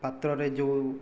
ପାତ୍ରରେ ଯେଉଁ